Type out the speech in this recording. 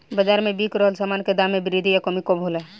बाज़ार में बिक रहल सामान के दाम में वृद्धि या कमी कब होला?